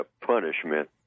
punishment